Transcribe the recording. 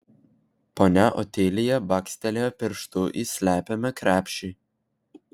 ponia otilija bakstelėjo pirštu į slepiamą krepšį